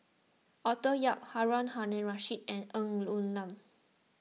Arthur Yap Harun Aminurrashid and Ng Woon Lam